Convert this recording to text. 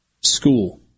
school